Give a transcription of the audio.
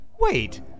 Wait